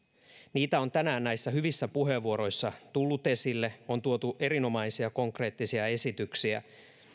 niitä on tänään näissä hyvissä puheenvuoroissa tullut esille on tuotu erinomaisia konkreettisia esityksiä